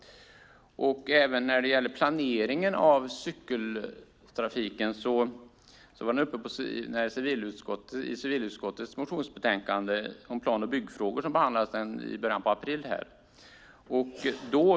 Planeringen av cykeltrafiken var uppe i civilutskottets betänkande om plan och byggfrågor som behandlades i början av april.